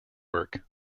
work